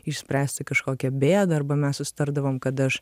išspręsti kažkokią bėdą arba mes susitardavom kad aš